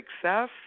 success